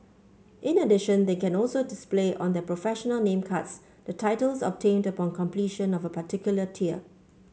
in addition they can also display on their professional name cards the titles obtained upon completion of a particular tier